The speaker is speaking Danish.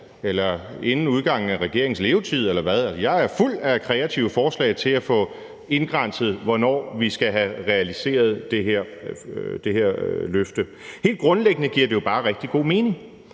eller »inden udgangen af regeringens levetid«. Jeg er fuld af kreative forslag til at få afgrænset, hvornår vi skal have realiseret det her løfte. Helt grundlæggende giver det jo bare rigtig god mening,